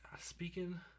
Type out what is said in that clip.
speaking